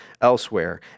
elsewhere